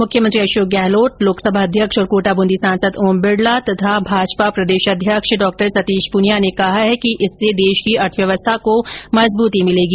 मुख्यमंत्री अशोक लोकसभा अध्यक्ष और कोटा ब्रंदी सांसद ओम बिडला तथा भाजपा प्रदेशाध्यक्ष डॉ सतीश गहलोत पूनिया ने कहा कि इससे देश की अर्थव्यवस्था को मजबूती मिलेगी